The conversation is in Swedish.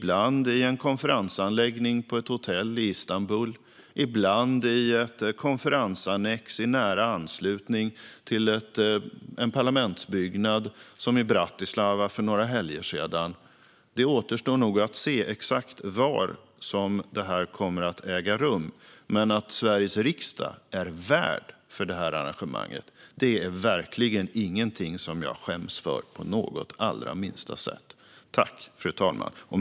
Ibland är det i en konferensanläggning på ett hotell i Istanbul och ibland i ett konferensannex i nära anslutning till en parlamentsbyggnad, som i Bratislava för några helger sedan. Det återstår nog att se exakt var detta kommer att äga rum. Men att Sveriges riksdag är värd för arrangemanget är verkligen ingenting som jag skäms för på allra minsta sätt. Fru talman!